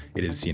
it is, you know,